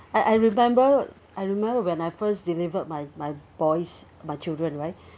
I I remember I remember when I first delivered my my boys my children right